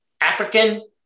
African